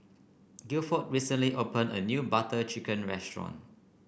Gilford recently opened a new Butter Chicken restaurant